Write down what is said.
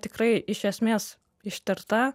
tikrai iš esmės ištirta